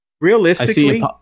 Realistically